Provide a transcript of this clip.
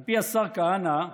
על פי השר כהנא,